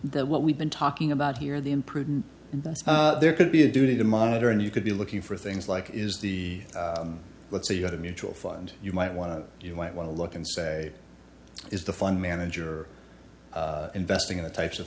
that what we've been talking about here the imprudent that there could be a duty to monitor and you could be looking for things like is the let's say you had a mutual fund you might want to you might want to look and say is the fund manager investing in the types of